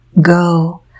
go